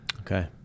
Okay